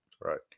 Right